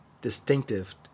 distinctive